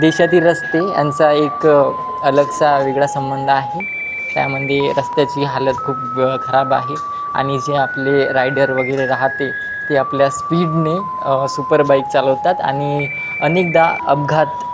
देशातील रस्ते यांचा एक अलगसा वेगळा संबंध आहे त्यामध्ये रस्त्याची हालत खूप खराब आहे आणि जे आपले रायडर वगैरे राहतेे ते आपल्या स्पीडने सुपर बाईक चालवतात आणि अनेकदा अपघात